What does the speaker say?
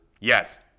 Yes